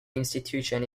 institution